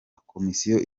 komisiyo